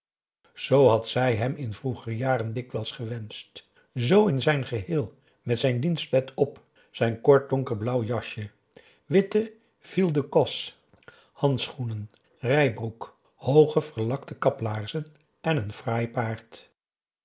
had zij hem in vroegere jaren dikwijls gewenscht z in zijn geheel met zijn dienstpet op zijn kort donkerblauw jasje witte fille d'ecosse handschoenen rijbroek hooge verlakte kaplaarzen en een fraai paard